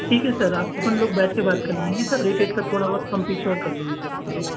ठीक है सर आप अपन लोग बैठ कर बात कर लेंगे रेट वेट का थोड़ा बहुत कम पीछे और कर लेंगे हम लोग